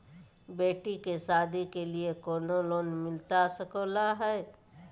बेटी के सादी के लिए कोनो लोन मिलता सको है?